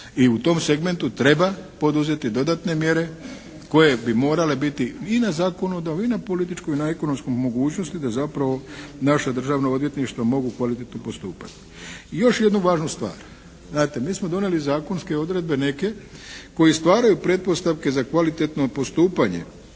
I u tom segmentu treba poduzeti dodatne mjere koje bi morale biti i na zakonodavnoj, i na političkoj i na ekonomskoj mogućnosti da zapravo naša državna odvjetništva mogu kvalitetno postupati. I još jednu važnu stvar. Znate mi smo donijeli zakonske odredbe neke koje stvaraju pretpostavke za kvalitetno postupanje